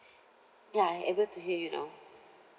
ya I able to hear you now